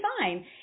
fine